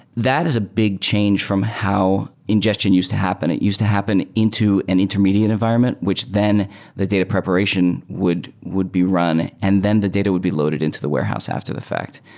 that is a big change from how ingestion used happen. it used to happen into an intermediate environment, which then the data preparation would would be run and then the data would be loaded into the warehouse after the fact.